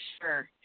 sure